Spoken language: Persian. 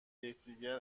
یکدیگر